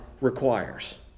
requires